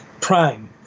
Prime